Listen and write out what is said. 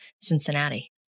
Cincinnati